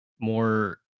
more